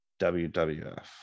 wwf